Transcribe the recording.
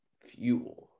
Fuel